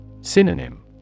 Synonym